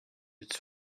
its